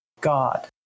God